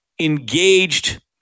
engaged